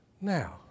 Now